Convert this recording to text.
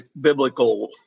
biblical